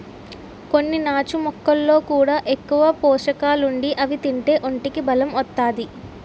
కొన్ని నాచు మొక్కల్లో కూడా ఎక్కువ పోసకాలుండి అవి తింతే ఒంటికి బలం ఒత్తాది